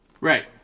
Right